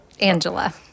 Angela